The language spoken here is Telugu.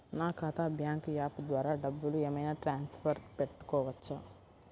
నా ఖాతా బ్యాంకు యాప్ ద్వారా డబ్బులు ఏమైనా ట్రాన్స్ఫర్ పెట్టుకోవచ్చా?